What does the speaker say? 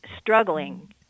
struggling